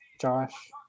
Josh